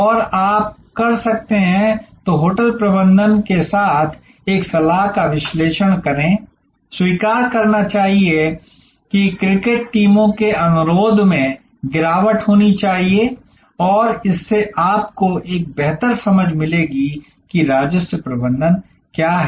और आप कर सकते हैं तो होटल प्रबंधन के साथ एक सलाह का विश्लेषण करें स्वीकार करना चाहिए कि क्रिकेट टीमों के अनुरोध में गिरावट होनी चाहिए और इससे आपको यह बेहतर समझ मिलेगी कि यह राजस्व प्रबंधन क्या है